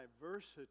diversity